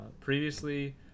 previously